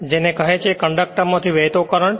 જેને કહે છે કંડક્ટર માથી વહેતો કરંટ